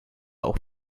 auch